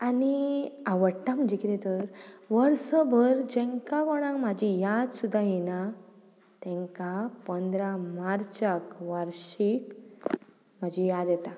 आनी आवडटा म्हणजें कितें तर वर्सभर जेंकां कोणाक म्हाजी याद सुद्दां येना तेंकां पंदरा मार्चाक वार्शीक म्हाजी याद येता